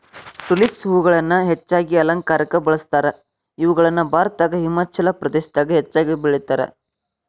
tulips ಹೂಗಳನ್ನ ಹೆಚ್ಚಾಗಿ ಅಲಂಕಾರಕ್ಕ ಬಳಸ್ತಾರ, ಇವುಗಳನ್ನ ಭಾರತದಾಗ ಹಿಮಾಚಲ ಪ್ರದೇಶದಾಗ ಹೆಚ್ಚಾಗಿ ಬೆಳೇತಾರ